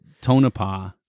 Tonopah